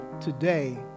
today